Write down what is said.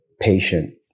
patient